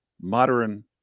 modern